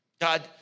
God